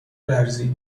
لرزید